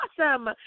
awesome